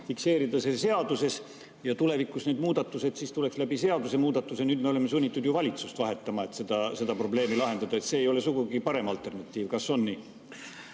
fikseerida see seaduses ja tulevikus tuleks need muudatused seadusemuudatuse teel? Nüüd me oleme sunnitud valitsust vahetama, et seda probleemi lahendada. See ei ole sugugi parem alternatiiv. Kas on nii?